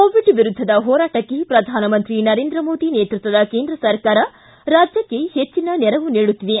Covid ವಿರುದ್ಧದ ಹೋರಾಟಕ್ಕೆ ಪ್ರಧಾನಮಂತ್ರಿ ನರೇಂದ್ರ ಮೋದಿ ನೇತೃತ್ವದ ಕೇಂದ್ರ ಸರ್ಕಾರವು ರಾಜ್ಯಕ್ಕೆ ಹೆಜ್ಜಿನ ನೆರವು ನೀಡುತ್ತಿದೆ